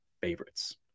favorites